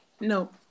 No